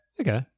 Okay